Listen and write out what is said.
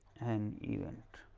an event.